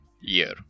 year